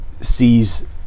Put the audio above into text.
sees